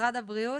משרד הבריאות,